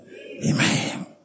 Amen